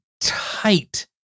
tight